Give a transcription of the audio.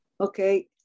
Okay